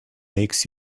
makes